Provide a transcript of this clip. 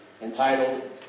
Entitled